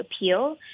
appeal